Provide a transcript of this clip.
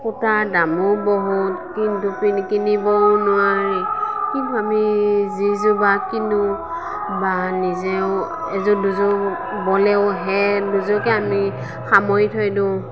সূতাৰ দামো বহুত কিন্তু কিনিবও নোৱাৰি কিন্তু আমি যি যোৰ বা কিনোঁ বা নিজেও এযোৰ দুযোৰ বলেও সেইদুযোৰকে আমি সামৰি থৈ দিওঁ